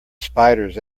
spiders